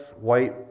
white